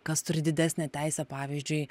kas turi didesnę teisę pavyzdžiui